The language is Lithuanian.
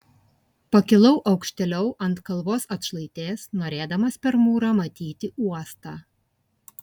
pakilau aukštėliau ant kalvos atšlaitės norėdamas per mūrą matyti uostą